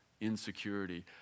insecurity